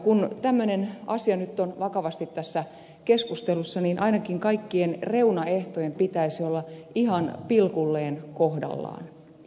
kun tämmöinen asia nyt on vakavasti tässä keskustelussa niin ainakin kaikkien reunaehtojen pitäisi olla ihan pilkulleen kohdallaan